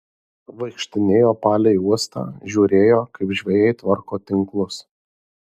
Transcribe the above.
vaikštinėjo palei uostą žiūrėjo kaip žvejai tvarko tinklus